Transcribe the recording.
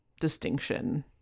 distinction